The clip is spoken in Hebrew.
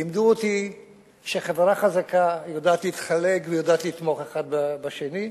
לימדו אותי שחברה חזקה יודעת להתחלק והאנשים בה יודעים לתמוך אחד בשני.